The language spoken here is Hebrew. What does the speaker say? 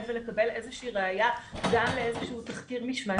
ולקבל איזושהי ראיה גם לאיזשהו תחקיר משמעתי.